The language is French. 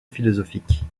philosophiques